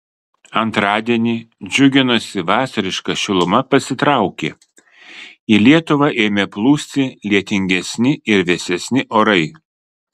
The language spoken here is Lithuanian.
antradienį džiuginusi vasariška šiluma pasitraukė į lietuvą ėmė plūsti lietingesni ir vėsesni orai